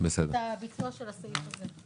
ויש גם מתנדבים שפועלים במסגרת התוכנית.